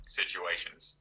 situations